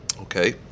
okay